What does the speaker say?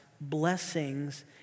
blessings